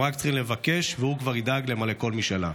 הם רק צריכים לבקש, והוא כבר ידאג למלא כל משאלה.